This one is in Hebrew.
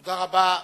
תודה רבה.